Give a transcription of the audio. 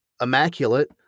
immaculate